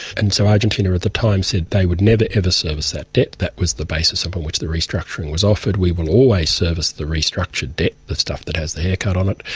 and so argentina the time said they would never, ever service that debt, that was the basis upon which the restructuring was offered, we will always service the restructured debt, the stuff that has the haircut on it,